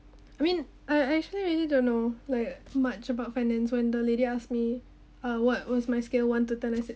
I mean I I actually really don't know like much about finance when the lady asked me uh what was my scale one to ten I said